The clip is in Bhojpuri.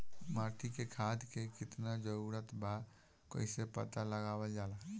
माटी मे खाद के कितना जरूरत बा कइसे पता लगावल जाला?